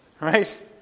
Right